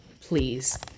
please